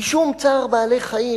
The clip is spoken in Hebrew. משום צער בעלי-חיים,